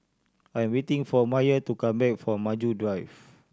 I'm waiting for Myer to come back from Maju Drive